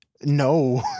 No